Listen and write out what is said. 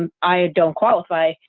ah i don't qualify,